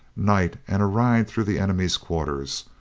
night and a ride through the enemy's quarters.